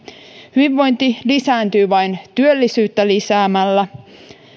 hyvinvointi lisääntyy vain työllisyyttä lisäämällä